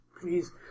please